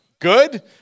good